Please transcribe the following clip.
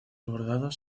bordados